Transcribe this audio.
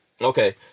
okay